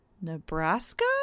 Nebraska